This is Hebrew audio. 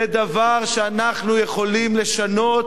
זה דבר שאנחנו יכולים לשנות,